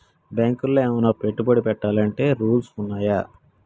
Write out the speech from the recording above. బ్యాంకులో ఏమన్నా పెట్టుబడి పెట్టాలంటే రూల్స్ ఉన్నయా?